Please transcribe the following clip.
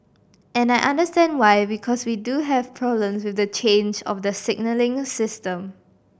and I understand why because we do have problems with the change of the signalling system